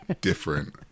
different